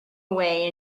away